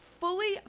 Fully